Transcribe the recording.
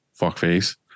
fuckface